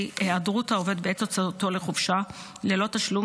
כי היעדרות העובד בעת הוצאתו לחופשה ללא תשלום